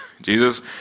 Jesus